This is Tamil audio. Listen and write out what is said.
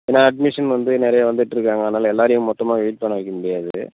ஏன்னா அட்மிஷன் வந்து நிறையா வந்துட்டுருக்காங்க அதனால் எல்லாரையும் மொத்தமாக வெயிட் பண்ண வைக்க முடியாது